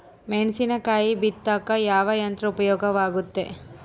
ಮೆಣಸಿನಕಾಯಿ ಬಿತ್ತಾಕ ಯಾವ ಯಂತ್ರ ಉಪಯೋಗವಾಗುತ್ತೆ?